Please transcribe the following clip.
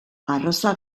arraza